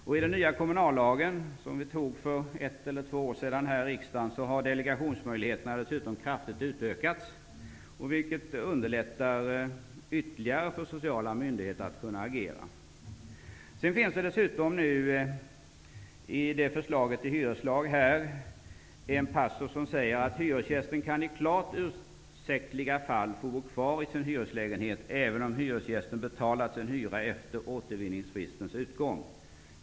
I den nya kommunallagen, som vi antog här i riksdagen för ett eller två år sedan, har delegationsmöjligheterna dessutom kraftigt utökats, vilket ytterligare underlättar för sociala myndigheter att kunna agera. Det finns dessutom i förslaget till hyreslag en passus som säger att hyresgästen i klart ursäktliga fall kan få bo kvar i sin hyreslägenhet även om hyresgästen betalat sin hyra efter återvinningsfristens utgång.